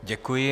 Děkuji.